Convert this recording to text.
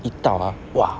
一到 ah !wah!